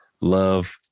love